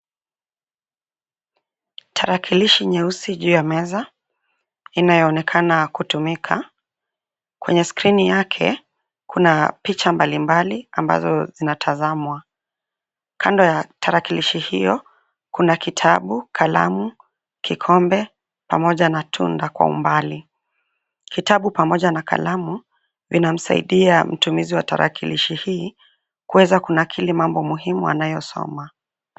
Tarakilishi nyeusi juu ya meza inayoonekana kutumika kwenye skrini yake kuna picha mbali mbali ambazo zinatazamwa. Kando ya tarakilishi hiyo kuna kitabu, kalamu, kikombe, pamoja na tunda kwa umbali. Kitabu pamoja na kalamu vinamsaidia mtumizi wa tarakilishi hii kuweza kunakili mambo muhimu anayosoma.